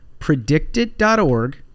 Predictit.org